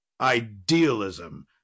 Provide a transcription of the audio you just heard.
Idealism